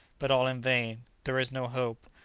but all in vain. there is no hope.